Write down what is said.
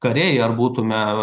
kariai ar būtume